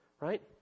right